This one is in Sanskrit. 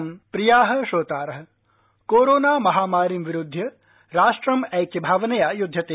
कोविड ओपनिंग प्रिय श्रोतार कोरोनामहामारींविरुध्य राष्ट्रम्ऐक्य आवनया य्द्ध्यते